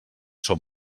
són